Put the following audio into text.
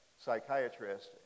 psychiatrist